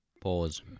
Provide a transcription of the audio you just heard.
Pause